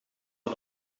van